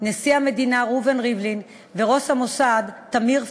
נשיא המדינה ראובן ריבלין וראש המוסד תמיר פרדו.